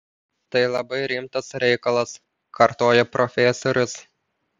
tai labai rimtas reikalas kartojo profesorius